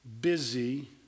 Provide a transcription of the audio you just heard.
busy